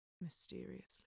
mysteriously